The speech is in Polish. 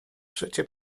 przecie